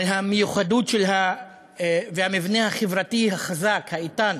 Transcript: על המיוחדות והמבנה החברתי החזק, האיתן